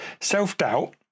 self-doubt